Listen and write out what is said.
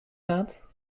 gaat